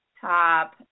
top